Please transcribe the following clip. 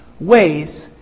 ways